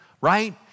right